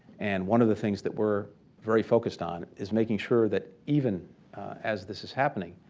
and one of the things that we're very focused on is making sure that even as this is happening